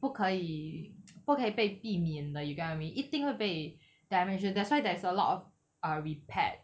不可以不可以被避免的 you get what I mean 一定会被 damage that's why there's a lot of uh repaired